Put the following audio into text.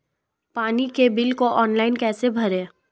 पानी के बिल को ऑनलाइन कैसे भरें?